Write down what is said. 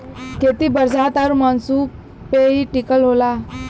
खेती बरसात आउर मानसून पे ही टिकल होला